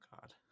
God